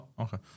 okay